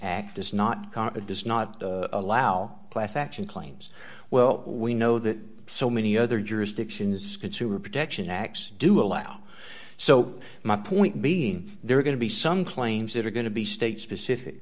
does not allow class action claims well we know that so many other jurisdictions consumer protection acts do allow so my point being there are going to be some claims that are going to be state specific